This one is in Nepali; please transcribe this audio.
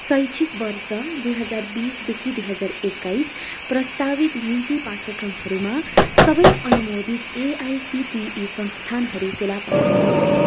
शैक्षिक वर्ष दुई हजार बिसदेखि दुई हजार एक्काइस प्रस्तावित युजी पाठ्यक्रमहरूमा सबै अनुमोदित एआइसिटिई संस्थानहरू फेला पार्नुहोस्